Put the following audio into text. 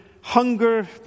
hunger